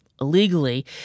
illegally